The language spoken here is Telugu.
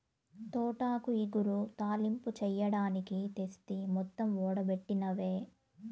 తోటాకు ఇగురు, తాలింపు చెయ్యడానికి తెస్తి మొత్తం ఓడబెట్టినవే